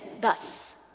Thus